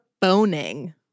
boning